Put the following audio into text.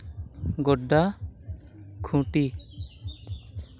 Godda Khunti